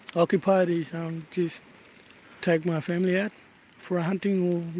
occupied is um just take my family out for hunting,